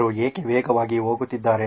ಅವರು ಏಕೆ ವೇಗವಾಗಿ ಹೋಗುತ್ತಿದ್ದಾರೆ